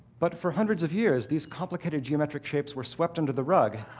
but for hundreds of years, these complicated geometric shapes were swept under the rug.